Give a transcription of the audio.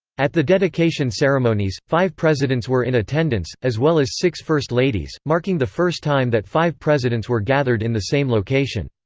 at the dedication ceremonies, five presidents presidents were in attendance, as well as six first ladies, marking the first time that five presidents were gathered in the same location.